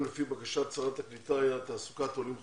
הנושא שלנו היום לפי בקשת שרת הקליטה היה תעסוקת עולים חדשים,